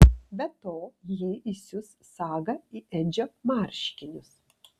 be to ji įsius sagą į edžio marškinius